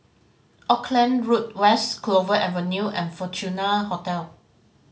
Auckland Road West Clover Avenue and Fortuna Hotel